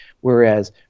whereas